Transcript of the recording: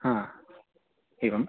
एवं